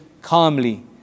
calmly